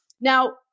Now